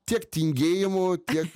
tiek tingėjimu tiek